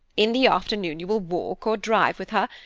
in the afternoon you will walk or drive with her,